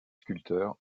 sculpteur